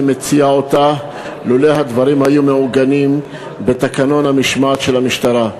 מציע אותה לו הדברים היו מעוגנים בתקנון המשמעת של המשטרה.